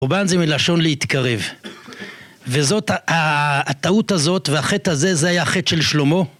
קורבן זה מלשון 'להתקרב', וזאת... הטעות הזאת והחטא הזה, זה היה החטא של שלמה